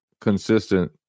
consistent